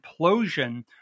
implosion